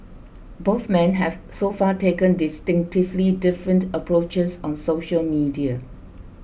both men have so far taken distinctively different approaches on social media